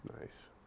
Nice